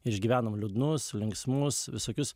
išgyvenam liūdnus linksmus visokius